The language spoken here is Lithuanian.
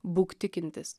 būk tikintis